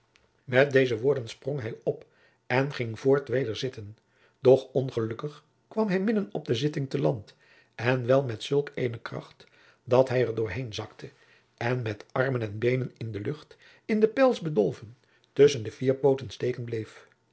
met deze woorden sprong hij op en ging voort weder zitten doch ongelukkig kwam hij midden op de zitting te land en wel met zulk eene kracht dat hij er doorheen zakte en met armen en beenen in de lucht in de pels bedolven tusschen de vier pooten steken bleef